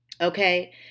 Okay